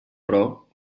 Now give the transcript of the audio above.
però